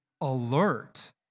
alert